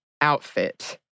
outfit